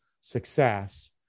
success